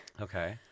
okay